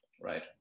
right